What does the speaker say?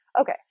Okay